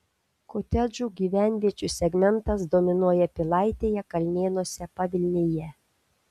kotedžų gyvenviečių segmentas dominuoja pilaitėje kalnėnuose pavilnyje